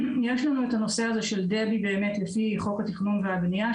יש לנו את הנושא של דב"י לפי חוק התכנון והבנייה,